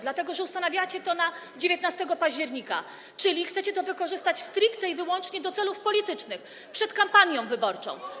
Dlatego że ustanawiacie to na 19 października, czyli chcecie to wykorzystać stricte i wyłącznie do celów politycznych, przed kampanią wyborczą.